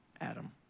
Adam